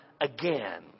again